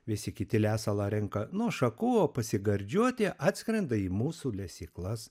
visi kiti lesalą renka nuo šakų o pasigardžiuoti atskrenda į mūsų lesyklas